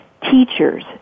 teachers